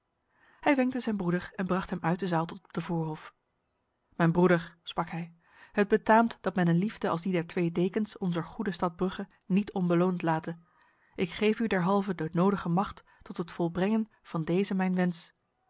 hij wenkte zijn broeder en bracht hem uit de zaal tot op de voorhof mijn broeder sprak hij het betaamt dat men een liefde als die der twee dekens onzer goede stad brugge niet onbeloond late ik geef u derhalve de nodige macht tot het volbrengen van deze mijn wens